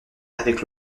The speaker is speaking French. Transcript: avec